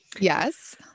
Yes